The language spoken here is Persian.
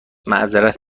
معذرت